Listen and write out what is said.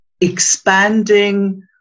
expanding